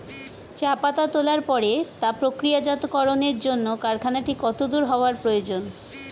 চা পাতা তোলার পরে তা প্রক্রিয়াজাতকরণের জন্য কারখানাটি কত দূর হওয়ার প্রয়োজন?